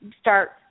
start